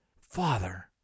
Father